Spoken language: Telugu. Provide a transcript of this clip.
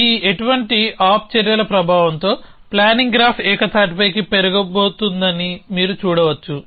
ఈ ఎటువంటి ఆప్ చర్యల ప్రభావంతో ప్లానింగ్ గ్రాఫ్ ఏకతాటిపైకి పెరగబోతోందని మీరు చూడవచ్చు